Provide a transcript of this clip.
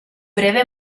breve